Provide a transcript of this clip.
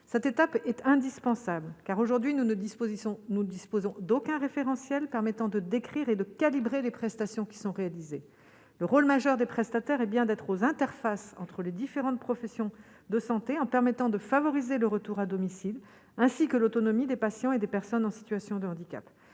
cette étape est indispensable car, aujourd'hui, nous ne disposition, nous ne disposons d'aucun référentiel permettant de décrire et de calibrer les prestations qui sont réalisés le rôle majeur des prestataires et bien d'être aux interfaces entre les différentes professions de santé, en permettant de favoriser le retour à domicile, ainsi que l'autonomie des patients et des personnes en situation de handicap,